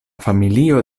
familio